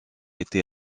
été